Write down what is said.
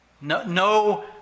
No